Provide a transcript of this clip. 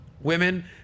women